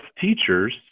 teachers